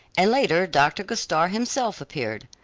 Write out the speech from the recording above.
and later dr. gostar himself appeared.